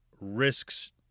risks